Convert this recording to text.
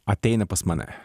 ateina pas mane